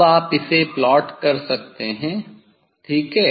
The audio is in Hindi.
अब आप इसे प्लॉट कर सकते हैं ठीक है